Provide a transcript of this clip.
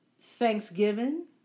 thanksgiving